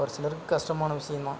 ஒரு சிலருக்கு கஷ்டமான விஷயம் தான்